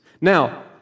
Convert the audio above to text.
Now